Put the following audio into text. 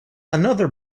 another